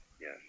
yes